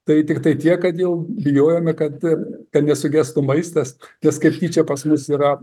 tai tiktai tiek kad jau bijojome kad kad nesugestų maistas nes kaip tyčia pas mus yra